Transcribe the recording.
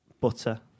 Butter